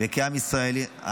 וכעם ישראלי.